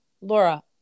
laura